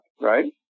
right